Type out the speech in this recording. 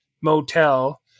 motel